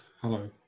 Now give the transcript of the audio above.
Hello